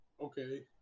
Okay